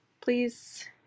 Please